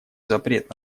запрет